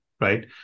right